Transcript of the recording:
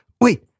Wait